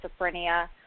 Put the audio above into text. schizophrenia